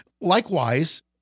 likewise